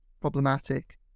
problematic